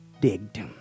digged